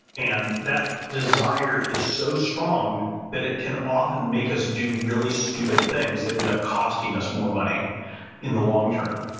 and that desire is so strong that it can often make us do really stupid things that end up costing us more money in the long term.